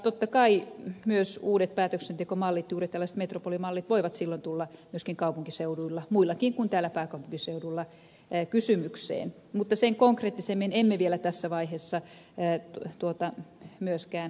totta kai myös uudet päätöksentekomallit juuri tällaiset metropolimallit voivat silloin tulla muillakin kaupunkiseuduilla kuin täällä pääkaupunkiseudulla kysymykseen mutta sen konkreettisemmin emme vielä tässä vaiheessa tuota myöskään määritelleet